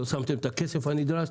לא שמתם את הכסף הנדרש,